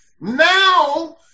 Now